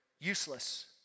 useless